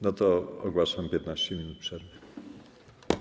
No to ogłaszam 15-minutową przerwę.